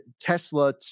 Tesla